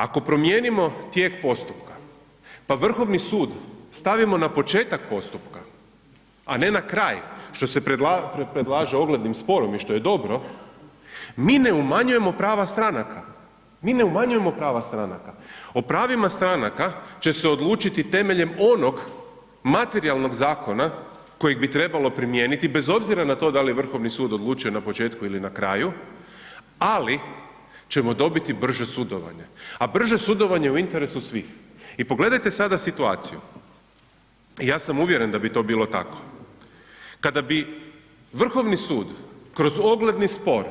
Ako promijenimo tijek postupka, pa Vrhovni sud stavimo na početak postupka a ne na kraj što se predlaže ogledni sporom i što je dobro, mi ne umanjujemo prava stranaka, mi ne umanjujemo prava stranaka, o pravima stranaka će se odlučiti temeljem onog materijalnog zakona kojeg bi trebalo primijeniti bez obzira na to da je Vrhovni sud odlučio na početku ili na kraju ali ćemo dobiti brže sudovanje a brže sudovanje je u interesu svih i pogledajte sada situaciju, ja sam uvjeren da bi to bilo tako, kada bi Vrhovni sud kroz ogledni spor